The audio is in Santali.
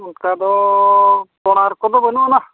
ᱚᱱᱠᱟ ᱫᱚ ᱠᱚᱨᱟᱨ ᱠᱚᱫᱚ ᱵᱟᱹᱱᱩᱜ ᱟᱱᱟ